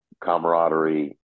camaraderie